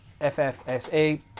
FFSA